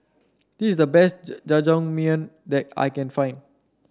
this is the best Jajangmyeon that I can find